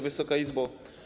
Wysoka Izbo!